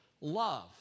love